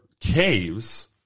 caves